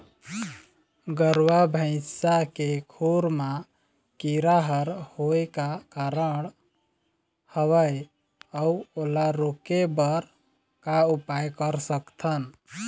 गरवा भैंसा के खुर मा कीरा हर होय का कारण हवए अऊ ओला रोके बर का उपाय कर सकथन?